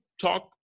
talk